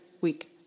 week